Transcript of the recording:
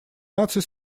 наций